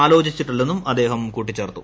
ആലോചിച്ചിട്ടില്ലെന്നും അദ്ദേഹം കൂട്ടിച്ചേർത്തു